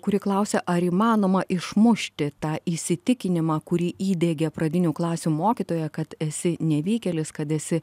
kuri klausia ar įmanoma išmušti tą įsitikinimą kurį įdiegė pradinių klasių mokytoja kad esi nevykėlis kad esi